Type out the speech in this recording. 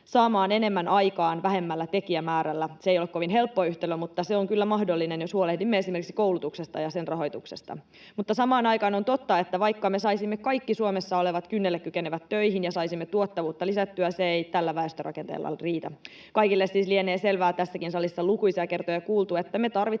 saamaan enemmän aikaan vähemmällä tekijämäärällä. Se ei ole kovin helppo yhtälö mutta se on kyllä mahdollinen, jos huolehdimme esimerkiksi koulutuksesta ja sen rahoituksesta. Mutta samaan aikaan on totta, että vaikka me saisimme kaikki Suomessa olevat kynnelle kykenevät töihin ja saisimme tuottavuutta lisättyä, se ei tällä väestörakenteella riitä. Kaikille siis lienee selvää ja tässäkin salissa on lukuisia kertoja kuultu, että me tarvitsemme